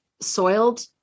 soiled